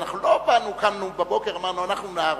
אנחנו לא קמנו בבוקר ואמרנו: אנחנו נהרוג.